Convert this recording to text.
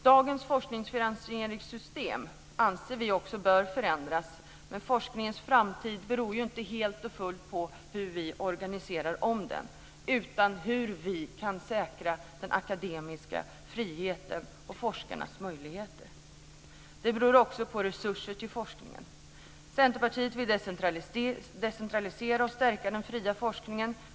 Dagens forskningsfinansieringssystem anser vi bör förändras. Men forskningens framtid beror inte helt och fullt på hur vi organiserar den utan på hur vi kan säkra den akademiska friheten och forskarnas möjligheter. Det beror också på resurser till forskningen. Centerpartiet vill decentralisera och stärka den fria forskningen.